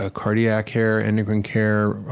ah cardiac care, endocrine care,